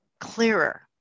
clearer